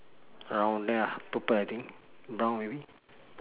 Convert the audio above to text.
around there lah purple I think brown maybe